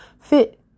fit